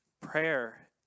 prayer